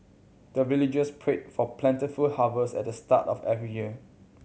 the villagers pray for plentiful harvest at the start of every year